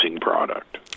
product